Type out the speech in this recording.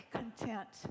content